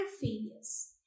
failures